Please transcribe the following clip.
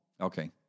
Okay